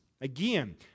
Again